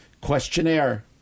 Questionnaire